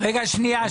שנייה,